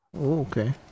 okay